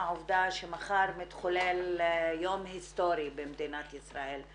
העובדה שמחר מתחולל יום היסטורי במדינת ישראל.